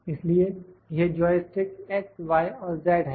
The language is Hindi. इसलिए यह जॉय स्टिक x y और z है